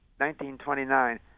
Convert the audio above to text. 1929